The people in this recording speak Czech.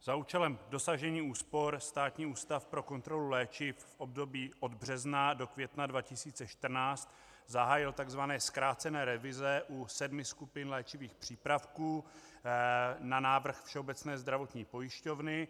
Za účelem dosažení úspor Státní ústav pro kontrolu léčiv v období od března do května 2014 zahájil takzvané zkrácené revize u sedmi skupin léčivých přípravků na návrh Všeobecné zdravotní pojišťovny.